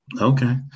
Okay